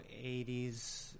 80s